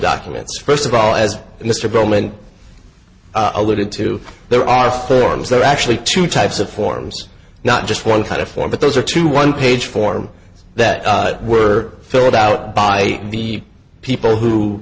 documents first of all as mr bowman alluded to there are forms there are actually two types of forms not just one kind of form but those are two one page form that were filled out by the people who